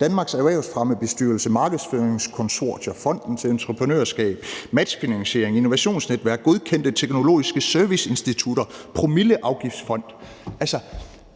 Danmarks Erhvervsfremmebestyrelse, markedsføringskonsortier, Fonden for Entreprenørskab, matchfinansiering, innovationsnetværk, godkendte teknologiske serviceinstitutter og Promilleafgiftsfonden. Altså,